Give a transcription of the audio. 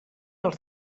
els